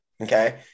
okay